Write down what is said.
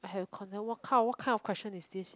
i have what kind what kind of question is this sia